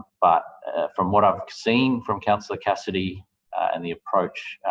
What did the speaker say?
but from what i've seen from councillor cassidy and the approach,